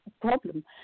problem